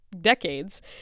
decades